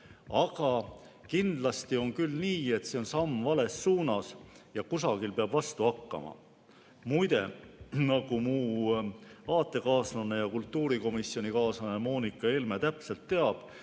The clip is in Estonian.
aga kindlasti on küll nii, et see on samm vales suunas ja kusagil peab vastu hakkama. Muide, nagu mu aatekaaslane ja kultuurikomisjonikaaslane Moonika Helme täpselt teab,